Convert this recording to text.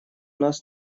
нас